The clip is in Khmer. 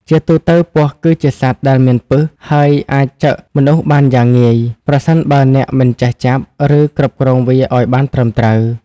ជាទូទៅពស់គឺជាសត្វដែលមានពិស ហើយអាចចឹកមនុស្សបានយ៉ាងងាយ ប្រសិនបើអ្នកមិនចេះចាប់ ឬគ្រប់គ្រងវាឱ្យបានត្រឹមត្រូវ។